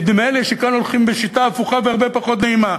נדמה לי שכאן הולכים בשיטה הפוכה והרבה פחות נעימה,